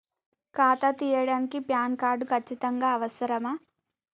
ఖాతా తీయడానికి PAN card ఖచ్చితంగా అవసరమా?